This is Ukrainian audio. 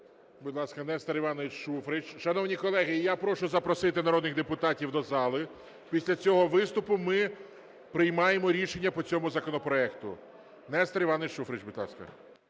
Будь ласка, Нестор Іванович Шуфрич. Шановні колеги, і я прошу запросити народних депутатів до зали, після цього виступу ми приймаємо рішення по цьому законопроекту. Нестор Іванович Шуфрич, будь ласка.